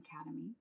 Academy